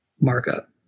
markup